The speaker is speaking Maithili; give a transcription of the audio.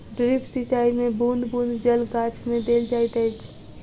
ड्रिप सिचाई मे बूँद बूँद जल गाछ मे देल जाइत अछि